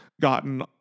gotten